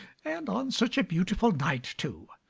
and on such a beautiful night too.